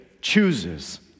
chooses